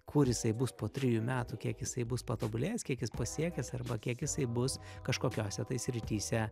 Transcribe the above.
kur jisai bus po trejų metų kiek jisai bus patobulėjęs kiek jis pasiekęs arba kiek jisai bus kažkokiose tai srityse